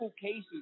cases